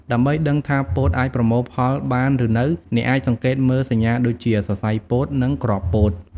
ដើម្បីដឹងថាពោតអាចប្រមូលផលបានឬនៅ អ្នកអាចសង្កេតមើលសញ្ញាដូចជា សរសៃពោត និងគ្រាប់ពោត។